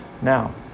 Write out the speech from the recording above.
Now